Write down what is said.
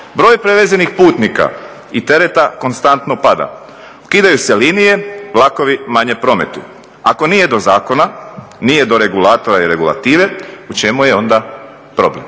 broj prevezenih putnika i tereta konstantno pada, ukidaju se linije, vlakovi manje prometuju. Ako nije do zakona, nije do regulatora i regulative u čemu je onda problem,